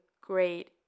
great